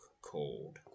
called